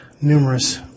numerous